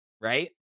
right